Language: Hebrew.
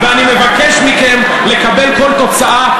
ואני מבקש מכם לקבל כל תוצאה,